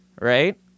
right